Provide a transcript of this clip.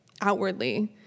outwardly